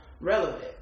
relevant